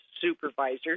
supervisor